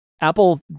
Apple